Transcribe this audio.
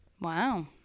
wow